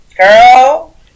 girl